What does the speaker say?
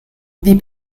wie